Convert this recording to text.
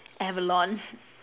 abalone